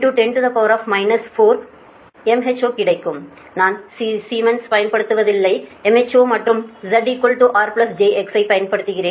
12 10 4 mho கிடைக்கும் நான் Siemens பயன்படுத்துவதில்லை mho மற்றும் Z R j X ஐப் பயன்படுத்துகிறேன்